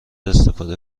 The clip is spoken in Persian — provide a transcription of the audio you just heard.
استفاده